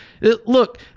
look